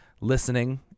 listening